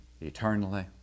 eternally